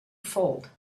fold